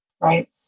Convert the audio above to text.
Right